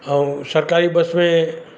ऐं सरकारी बस में